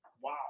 wow